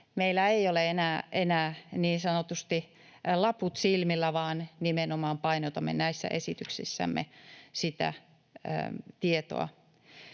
Meillä ei ole enää niin sanotusti laput silmillä, vaan nimenomaan painotamme näissä esityksissämme tietoa.